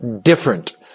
different